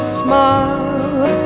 smile